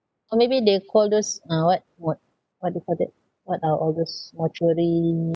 or maybe they'll call those uh what what what do you call that what uh all those mortuary